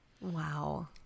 Wow